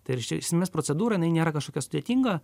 tai ir iš esmės procedūra jinai nėra kažkokia sudėtinga